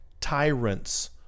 tyrants